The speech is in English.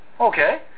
Okay